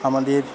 আমাদের